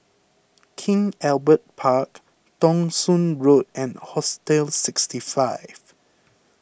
King Albert Park Thong Soon Road and Hostel sixty five